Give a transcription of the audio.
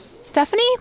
Stephanie